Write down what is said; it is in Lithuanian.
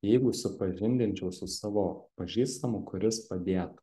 jeigu supažindinčiau su savo pažįstamu kuris padėtų